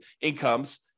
incomes